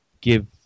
give